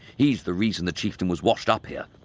he's the reason the chieftain was washed up here.